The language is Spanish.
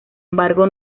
embargo